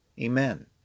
Amen